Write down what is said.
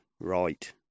right